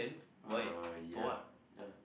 uh ya ya